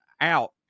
out